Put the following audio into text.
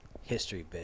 History